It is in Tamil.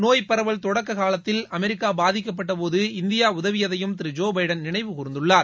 நோய் பரவல் தொடக்க காலத்தில் அமெரிக்கா பாதிக்கப்பட்டபோது இந்தியா உதவியதையும் திரு ஜோ பைடன் நினைவு கூர்ந்துள்ளார்